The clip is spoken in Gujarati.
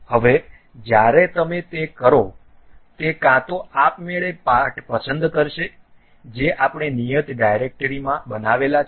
હવે જ્યારે તમે તે કરો તે કાં તો આપમેળે પાર્ટ પસંદ કરશે જે આપણે નિયત ડિરેક્ટરીમાં બનાવેલા છે